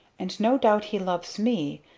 and no doubt he loves me!